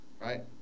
right